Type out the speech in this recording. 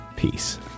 Peace